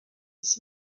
his